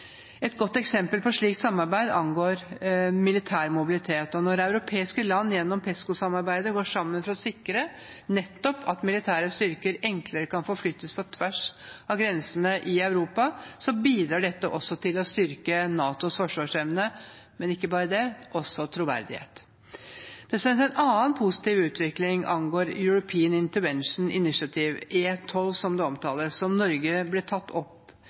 Et godt eksempel på et slikt samarbeid angår militær mobilitet. Når europeiske land gjennom PESCO-samarbeidet går sammen for å sikre at militære styrker enklere kan forflyttes på tvers av grensene i Europa, bidrar dette også til å styrke ikke bare NATOs forsvarsevne, men også NATOs troverdighet. En annen positiv utvikling angår European Intervention Initiative – E12, som det omtales som – og som Norge ble tatt opp